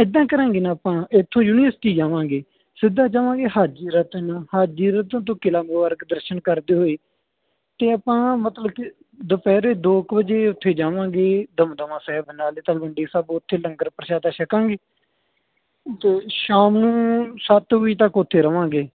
ਇੱਦਾਂ ਕਰਾਂਗੇ ਨਾ ਆਪਾਂ ਇੱਥੋਂ ਯੂਨੀਵਰਸਿਟੀ ਜਾਵਾਂਗੇ ਸਿੱਧਾ ਜਾਵਾਂਗੇ ਹਾਜੀ ਰਤਨ ਹਾਜੀ ਰਤਨ ਤੋਂ ਕਿਲ੍ਹਾ ਮੁਬਾਰਕ ਦਰਸ਼ਨ ਕਰਦੇ ਹੋਏ ਅਤੇ ਆਪਾਂ ਮਤਲਬ ਕਿ ਦੁਪਹਿਰ ਦੋ ਕੁ ਵਜੇ ਉੱਥੇ ਜਾਵਾਂਗੇ ਦਮਦਮਾ ਸਾਹਿਬ ਨਾਲੇ ਤਲਵੰਡੀ ਸਾਹਿਬ ਉੱਥੇ ਲੰਗਰ ਪ੍ਰਸ਼ਾਦਾ ਛਕਾਂਗੇ ਅਤੇ ਸ਼ਾਮ ਨੂੰ ਸੱਤ ਵਜੇ ਤੱਕ ਉੱਥੇ ਰਹਾਂਗੇ